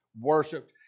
worshipped